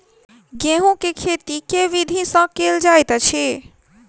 गेंहूँ केँ खेती केँ विधि सँ केल जाइत अछि?